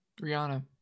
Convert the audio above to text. Rihanna